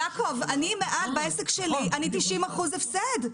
יעקב, אני בעסק שלי ב-90% הפסד.